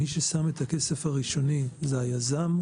מי ששם את הכסף הראשוני ליזם?